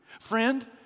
Friend